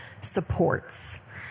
supports